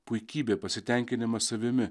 puikybė pasitenkinimas savimi